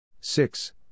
six